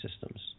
systems